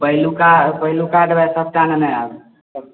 पहिलुका दबाइ सबटा लेने आयब